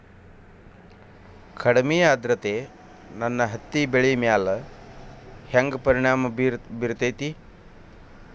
ಕಡಮಿ ಆದ್ರತೆ ನನ್ನ ಹತ್ತಿ ಬೆಳಿ ಮ್ಯಾಲ್ ಹೆಂಗ್ ಪರಿಣಾಮ ಬಿರತೇತಿ?